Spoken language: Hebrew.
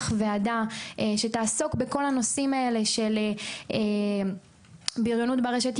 ועדה שתעסוק בכל הנושאים האלה של בריונות ברשת,